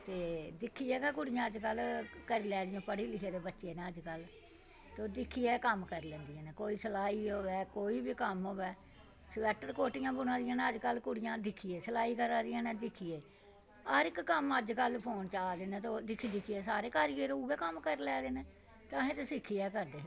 ते दिक्खियै गै कुड़ियां अजकल्ल करी लैदियां पढ़े लिखे दे बच्चे न ते ओह् दिक्खियै कम्म करी लैंदे कोई सलाही होऐ कोई बी कम्म होऐ स्वेटर कोटी बुना दियां कुड़ियां दिक्खी दिक्खी सिलाई करा दि'यां न दिक्खियै हर कम्म अजकल्ल जेह्के फोन च आवा दे न ते सारे दिक्खी दिक्खियै सारे उऐ कम्म करी लैदे न ते असें बी दिक्खियै करना